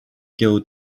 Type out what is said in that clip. chaos